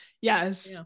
yes